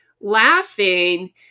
laughing